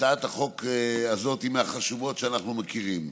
הצעת החוק הזאת היא מהחשובות שאנחנו מכירים.